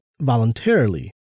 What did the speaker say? voluntarily